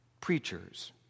preachers